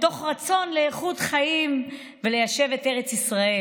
מתוך רצון לאיכות חיים וליישב את ארץ ישראל.